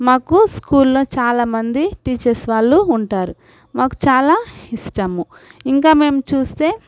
మాకు స్కూల్లో చాలా మంది టీచర్స్ వాళ్ళు ఉంటారు మాకు చాలా ఇష్టము ఇంకా మేము చూస్తే